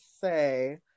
say